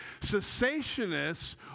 Cessationists